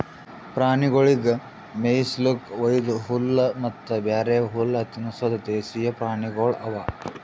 ಪ್ರಾಣಿಗೊಳಿಗ್ ಮೇಯಿಸ್ಲುಕ್ ವೈದು ಹುಲ್ಲ ಮತ್ತ ಬ್ಯಾರೆ ಹುಲ್ಲ ತಿನುಸದ್ ದೇಶೀಯ ಪ್ರಾಣಿಗೊಳ್ ಅವಾ